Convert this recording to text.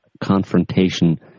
confrontation